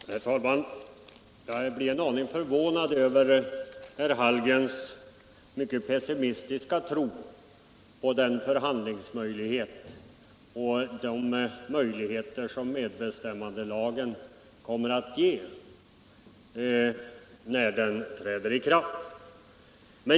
Herr talman! Jag blev en aning förvånad över herr Hallgrens mycket pessimistiska tro på de möjligheter medbestämmandelagen kommer att ge när den träder i kraft.